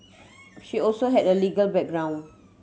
she also had a legal background